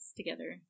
together